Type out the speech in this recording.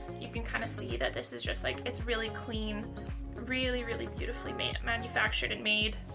you can kind of see that this is just like it's really clean really really beautifully made, manufactured-made.